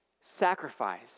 sacrifice